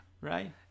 Right